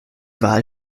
wahl